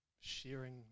sharing